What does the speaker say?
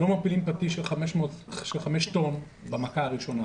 לא מפילים פטיש של חמישה טון במכה הראשונה.